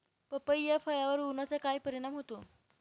पपई या फळावर उन्हाचा काय परिणाम होतो?